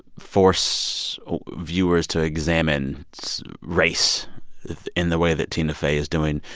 force viewers to examine race in the way that tina fey is doing,